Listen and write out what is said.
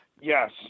Yes